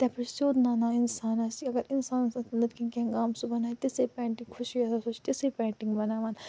تتھ پٮ۪ٹھ چھُ سیوٚد نَنان اِنسانَس کہِ اگر اِنسانَس آسہِ أنٛدرۍ کِنۍ کیٚنٛہہ غَم سُہ بَنایہِ تِژھے پینٹِنٛگ خوٚشی آسٮ۪س سُہ چھُ تِژھٕے پینٹِنٛگ بناوان